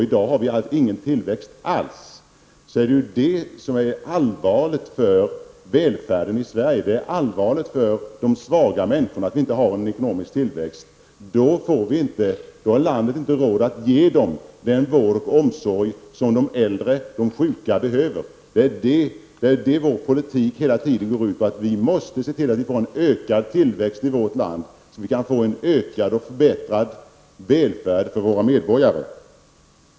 I dag har vi ingen tillväxt alls. Det är detta som är allvarligt för välfärden i Sverige. Det är allvarligt för de svaga människorna att vi inte har en ekonomisk tillväxt. Då har landet inte råd att ge de äldre och sjuka den vård och omsorg som de behöver. Det är detta vår politik hela tiden går ut på. Vi måste se till att vi för en ökad tillväxt i vårt land så att vi kan få en ökad och förbättrad välfärd för våra medborgare.